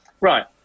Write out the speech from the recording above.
Right